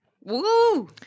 Woo